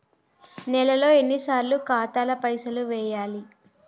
నెలలో ఎన్నిసార్లు ఖాతాల పైసలు వెయ్యాలి?